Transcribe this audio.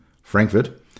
Frankfurt